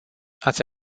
ați